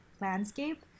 landscape